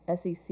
sec